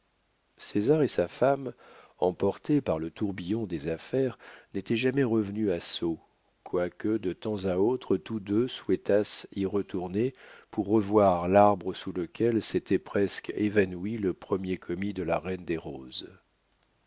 veux césar et sa femme emportés par le tourbillon des affaires n'étaient jamais revenus à sceaux quoique de temps à autre tous deux souhaitassent y retourner pour revoir l'arbre sous lequel s'était presque évanoui le premier commis de la reine des roses